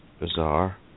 Bizarre